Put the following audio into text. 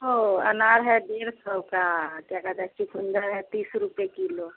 वो अनार है डेढ़ सौ का क्या कहते हैं चुकुन्दर है तीस रुपये किलो